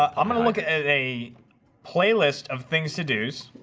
ah i'm gonna look at a playlist of things to do